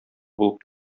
булып